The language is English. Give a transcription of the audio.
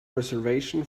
reservation